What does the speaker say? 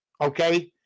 okay